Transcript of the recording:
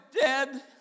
dead